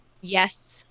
Yes